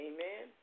Amen